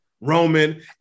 Roman